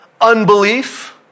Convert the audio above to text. Unbelief